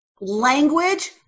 Language